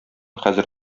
хәзер